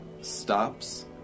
stops